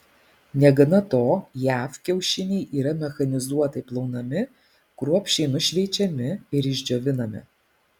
negana to jav kiaušiniai yra mechanizuotai plaunami kruopščiai nušveičiami ir išdžiovinami